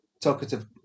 Talkative